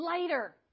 later